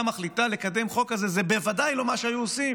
מחליטה לקדם חוק כזה זה בוודאי לא מה שהיו עושים